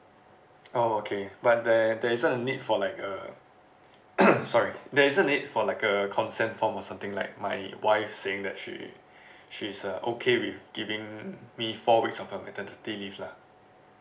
oh okay but there there isn't a need for like uh sorry there isn't a need for like a consent form or something like my wife saying that she she is uh okay with giving me four weeks of her maternity leave lah